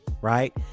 right